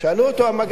זה לא הצליח.